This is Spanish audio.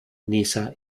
niza